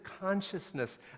consciousness